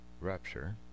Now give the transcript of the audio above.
rapture